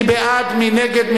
מי בעד?